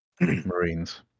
marines